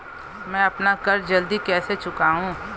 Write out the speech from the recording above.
मैं अपना कर्ज जल्दी कैसे चुकाऊं?